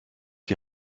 die